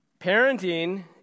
Parenting